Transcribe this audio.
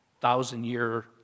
thousand-year